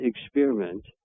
experiment